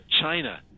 china